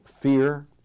fear